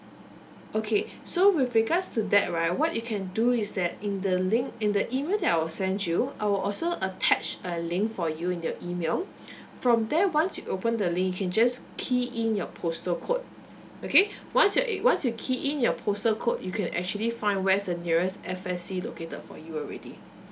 okay so with regards to that right what you can do is that in the link in the email that I will send you I'll also attach a link for you in your email from there once you open the link you can just key in your postal code okay once your once you key in your postal code you can actually find where's the nearest F_S_C located for you already